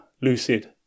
Lucid